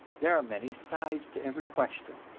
there are many sides to every question.